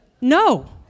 No